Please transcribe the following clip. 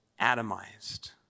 atomized